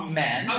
men